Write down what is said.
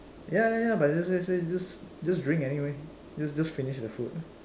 ya ya ya but just just drink anyway just finish the food